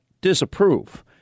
disapprove